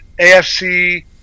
AFC